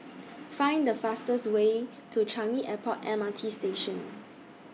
Find The fastest Way to Changi Airport M R T Station